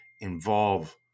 involve